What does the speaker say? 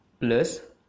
plus